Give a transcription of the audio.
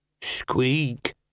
Squeak